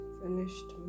finished